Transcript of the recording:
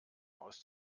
aus